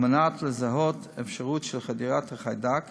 על מנת לזהות אפשרות של חדירת החיידק